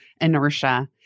inertia